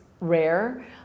rare